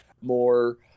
more